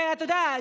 ואתה יודע,